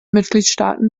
mitgliedstaaten